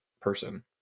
person